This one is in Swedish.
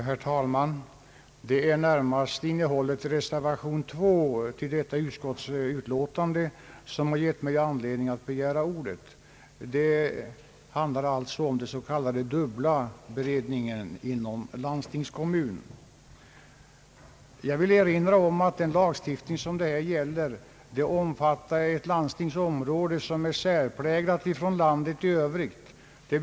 Herr talman! Det är närmast innehållet i reservation 2 till detta utskottsutlåtande som givit mig anledning att begära ordet, alltså frågan om den s.k. dubbla beredningen inom landstingskommuner. Jag vill erinra om att den lagstiftning det här gäller omfattar ett landstingsområde som är särpräglat i förhållande till landet i övrigt.